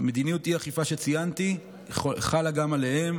מדיניות האי-אכיפה שציינתי חלה גם עליהם.